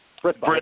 Brit